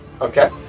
Okay